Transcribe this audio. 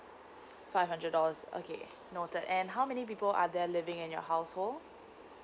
five hundred dollars okay noted and how many people are there living in your household